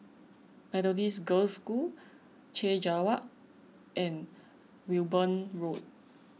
Methodist Girls' School Chek Jawa and Wimborne Road